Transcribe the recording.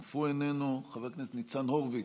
אף הוא איננו, חבר הכנסת ניצן הורוביץ,